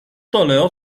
toledo